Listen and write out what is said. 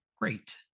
great